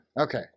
Okay